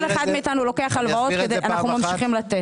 כל אחד מאיתנו לוקח הלוואות ואנחנו ממשיכים לתת.